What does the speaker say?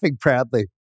proudly